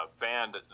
banned